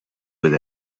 with